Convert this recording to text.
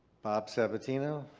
bob sabatino.